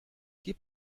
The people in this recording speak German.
gib